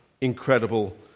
incredible